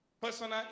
Personal